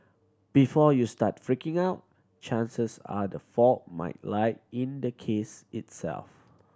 before you start freaking out chances are the fault might lie in the case itself